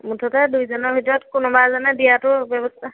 মুঠতে দুইজনৰ ভিতৰত কোনোবা এজনে দিয়াটো ব্যৱস্থা